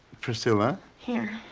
priscilla? here.